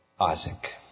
Isaac